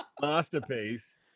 masterpiece